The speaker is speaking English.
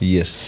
Yes